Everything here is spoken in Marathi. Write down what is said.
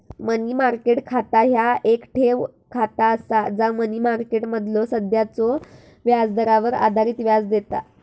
मनी मार्केट खाता ह्या येक ठेव खाता असा जा मनी मार्केटमधलो सध्याच्यो व्याजदरावर आधारित व्याज देता